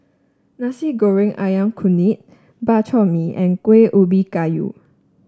Nasi Goreng ayam Kunyit Bak Chor Mee and Kueh Ubi Kayu